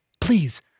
Please